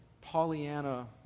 Pollyanna